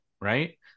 Right